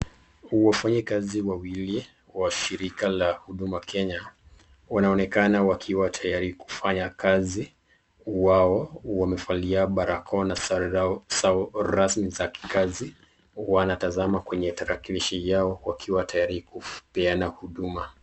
Wafanyikazi wawili wa shirika la huduma Kenya wanaonekana wakiwa tayari kufanya kazi wao, wamevalia barakoa na sare zao rasmi, za kazi wanatazama kwenye tarakilishi wakiwa tayari kupeana huduma.